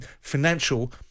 financial